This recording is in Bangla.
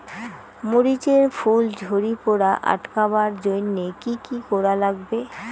মরিচ এর ফুল ঝড়ি পড়া আটকাবার জইন্যে কি কি করা লাগবে?